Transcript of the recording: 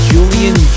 Julian